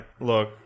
look